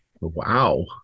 wow